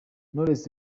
knowless